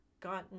gotten